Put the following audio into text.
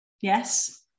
Yes